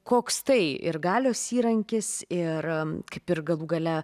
koks tai ir galios įrankis ir kaip ir galų gale